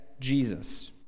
Jesus